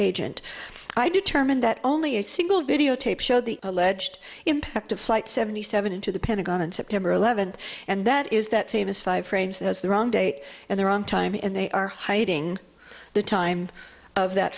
agent i determined that only a single videotape showed the alleged impact of flight seventy seven into the pentagon on september eleventh and that is that famous five frames it was the wrong date and the wrong time and they are hiding the time of that